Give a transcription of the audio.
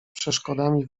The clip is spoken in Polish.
przeszkodami